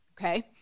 okay